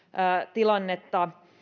tilannetta